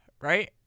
right